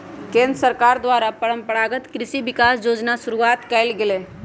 केंद्र सरकार द्वारा परंपरागत कृषि विकास योजना शुरूआत कइल गेलय